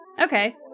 okay